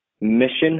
mission